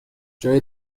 جای